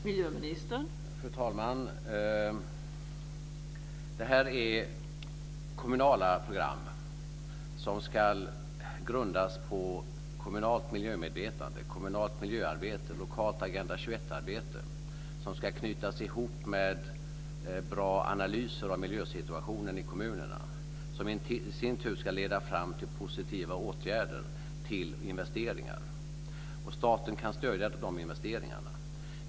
Fru talman! Det här är kommunala program som ska grundas på kommunalt miljömedvetande och kommunalt miljöarbete, lokalt Agenda 21-arbete som ska knytas ihop med bra analyser av miljösituationen i kommunerna, som i sin tur ska leda fram till positiva åtgärder, till investeringar. Staten kan stödja de investeringarna.